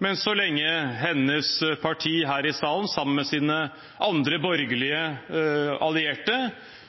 Men så lenge hennes parti her i salen – sammen med sine andre borgerlige allierte